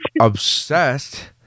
obsessed